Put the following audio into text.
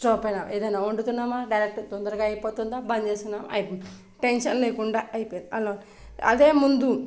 stove పైన ఏదైనా వండుతున్నామా డైరెక్ట్ తొందరగా అయిపోతుందా బంద్ చేస్తున్నామా అయిపోయింది టెన్షన్ లేకుండా అయిపోయింది అలా అదే ముందు